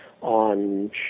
on